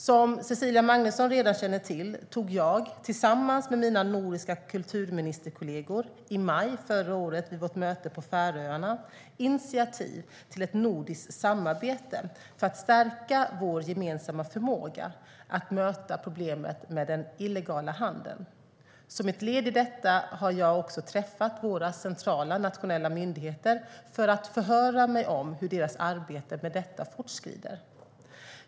Som Cecilia Magnusson redan känner till tog jag tillsammans med mina nordiska kulturministerkollegor i maj förra året vid vårt möte på Färöarna initiativ till ett nordiskt samarbete för att stärka vår gemensamma förmåga att möta problemet med den illegala handeln. Som ett led i detta har jag också träffat våra centrala nationella myndigheter för att förhöra mig om hur deras arbete med detta fortskrider.